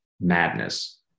madness